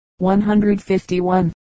151